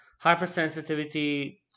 Hypersensitivity